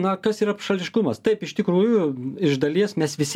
na kas yra šališkumas taip iš tikrųjų iš dalies mes visi